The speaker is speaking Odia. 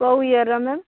କୋଉ ଇଅର୍ର ମ୍ୟାମ୍